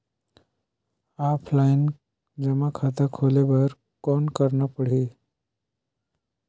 Offline जमा खाता खोले बर कौन करना पड़ही?